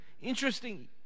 Interesting